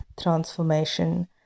transformation